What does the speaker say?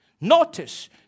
Notice